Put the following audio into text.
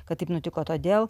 kad taip nutiko todėl